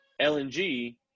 LNG